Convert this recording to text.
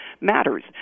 matters